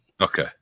Okay